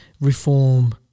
reform